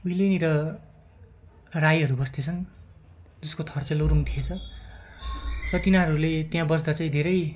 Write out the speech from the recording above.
उहिलेनिर राईहरू बस्थेछन् जसको थर चाहिँ लोरुङ थिएछ र तिनीहरूले त्यहाँ बस्दा चाहिँ धेरै